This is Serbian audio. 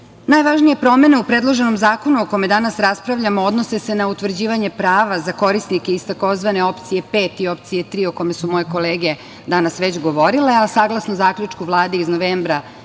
održivost. Najvažnije promene u predloženom zakonu o kome danas raspravljamo odnose se na utvrđivanje prava za korisnike iz tzv. opcije pet i opcije tri, o kome su moje kolege danas već govorile, a saglasno zaključku Vlade iz novembra